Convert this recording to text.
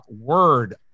Word